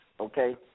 okay